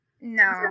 no